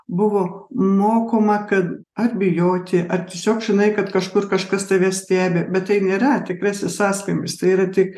buvo mokoma kad ar bijoti ar tiesiog žinai kad kažkur kažkas tave stebi bet tai nėra tikras sąskambis tai yra tik